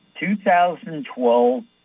2012